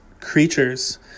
creatures